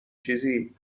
چیزی